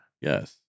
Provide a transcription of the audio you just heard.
yes